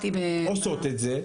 עושות את זה,